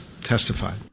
testified